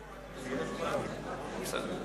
(חברי הכנסת מיכאל בן-ארי ועפו אגבאריה יוצאים